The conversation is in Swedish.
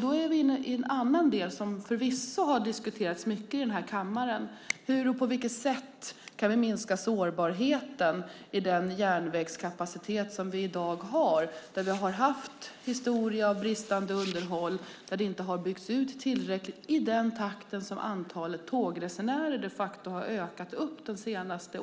Då är vi inne i en annan del som förvisso har diskuterats mycket i denna kammare, nämligen hur och på vilket sätt vi kan minska sårbarheten i den järnvägskapacitet vi i dag har där vi har en historia av bristande underhåll och att det inte har byggts ut tillräckligt i den takt som antalet tågresenärer de facto har ökat de senaste tio